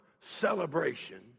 celebration